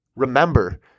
Remember